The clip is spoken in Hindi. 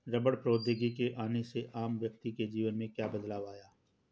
रबड़ प्रौद्योगिकी के आने से आम व्यक्ति के जीवन में क्या बदलाव आया?